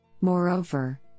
Moreover